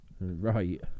Right